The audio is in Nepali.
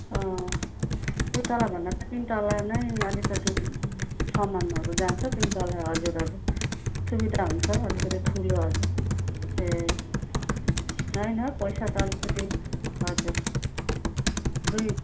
अँ दुई तल्लाभन्दा त तिन तल्ला नै अलिकति सामानहरू जान्छ तिन तल्ला हजुर हजुर सुविधा हुन्छ अलिकति ठुलो हजुर ए होइन पैसा त अलिकति हजुर दुई